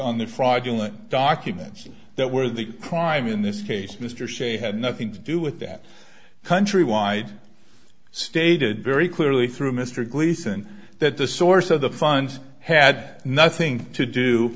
on the fraudulent documents that were the crime in this case mr sze had nothing to do with that countrywide stated very clearly through mr gleason that the source of the funds had nothing to do